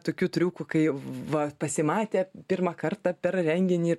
tokių triukų kai va pasimatė pirmą kartą per renginį